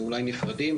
ואולי נפרדים,